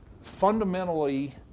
fundamentally